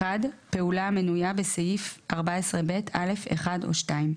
(1) פעולה המנויה בסעיף 14ב(א) (1) או (2)